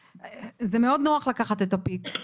מאוד נוח לקחת את הפיק,